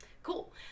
Cool